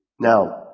Now